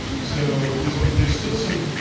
so, there's ah there's still some.